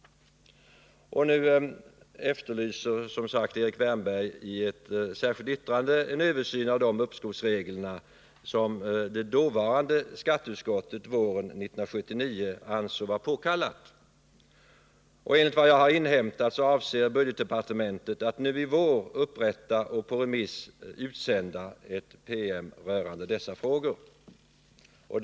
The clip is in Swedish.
Erik Wärnberg efterlyser i ett särskilt yttrande den översyn av uppskovsregler som dåvarande skatteutskott våren 1979 ansåg vara påkallad. Enligt vad jag inhämtat avser budgetdepartementet att nu i vår upprätta och på remiss utsända ett PM beträffande dessa frågor.